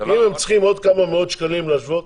גם אם צריכים עוד כמה מאות שקלים להשוות,